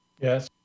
Yes